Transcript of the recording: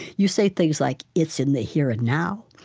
you say things like, it's in the here and now,